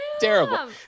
terrible